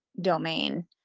domain